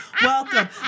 Welcome